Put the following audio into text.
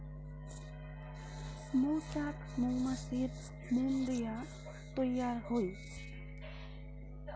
মৌচাক মৌমাছির মোম দিয়া তৈয়ার হই